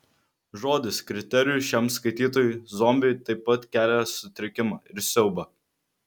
žodis kriterijus šiam skaitytojui zombiui taip pat kelia sutrikimą ir siaubą